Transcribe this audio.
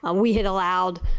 um we had allowed,